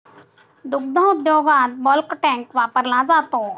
दुग्ध उद्योगात bulk tank वापरला जातो